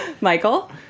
Michael